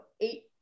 eight